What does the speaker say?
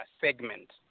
segment